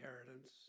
inheritance